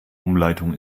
umleitung